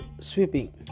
sweeping